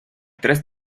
tres